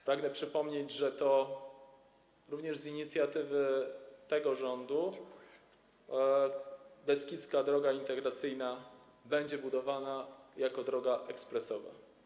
Pragnę przypomnieć, że to również z inicjatywy tego rządu Beskidzka Droga Integracyjna będzie budowana jako droga ekspresowa.